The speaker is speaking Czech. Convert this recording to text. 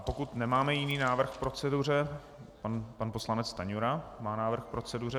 Pokud nemáme jiný návrh k proceduře pan poslanec Stanjura má návrh k proceduře.